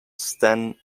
stan